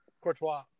Courtois